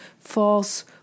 false